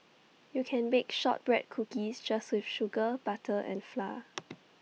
you can bake Shortbread Cookies just with sugar butter and flour